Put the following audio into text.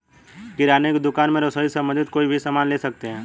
किराने की दुकान में रसोई से संबंधित कोई भी सामान ले सकते हैं